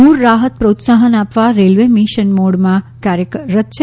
નૂર રાહત પ્રોત્સાહન આપવા રેલ્વે મિશન મોડમાં કાર્યરત છે